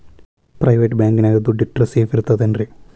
Private bank ನ್ಯಾಗ್ ದುಡ್ಡ ಇಟ್ರ ಸೇಫ್ ಇರ್ತದೇನ್ರಿ?